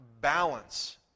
balance